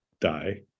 die